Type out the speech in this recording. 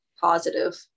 positive